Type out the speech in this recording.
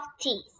teeth